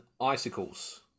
icicles